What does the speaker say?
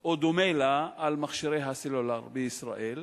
או דומה לה על מכשירי הסלולר בישראל?